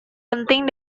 penting